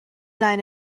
lein